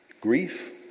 Grief